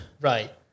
Right